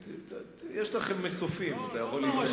יש לכם מסופים, אתה יכול להתעניין.